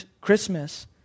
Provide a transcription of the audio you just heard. Christmas